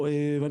רפתן,